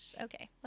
okay